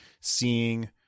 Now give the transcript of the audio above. seeing